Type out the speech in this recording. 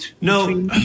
No